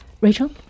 Rachel